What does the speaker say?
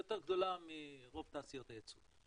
היא יותר גדולה מרוב תעשיות היצוא,